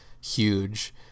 huge